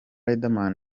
riderman